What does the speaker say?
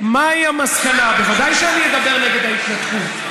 כשאתה מדבר נגד ההתנתקות.